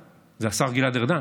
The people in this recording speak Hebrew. זה השר גלעד ארדן.